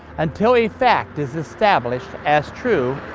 until a fact is established as true,